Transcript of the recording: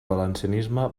valencianisme